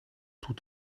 toe